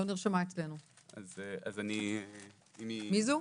מי זו?